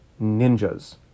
ninjas